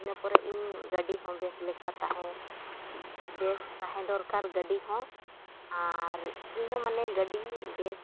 ᱤᱱᱟᱹ ᱯᱚᱨᱮ ᱤᱧ ᱜᱟᱹᱰᱤᱦᱚᱸ ᱵᱮᱥ ᱞᱮᱠᱟ ᱛᱟᱦᱮᱸ ᱵᱮᱥ ᱛᱟᱦᱮᱸ ᱫᱚᱨᱠᱟᱨ ᱜᱟᱹᱰᱤᱦᱚᱸ ᱟᱨ ᱤᱧᱦᱚᱸ ᱢᱟᱱᱮ ᱜᱟᱹᱰᱤ ᱵᱮᱥ